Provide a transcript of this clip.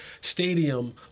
Stadium